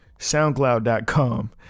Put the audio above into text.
soundcloud.com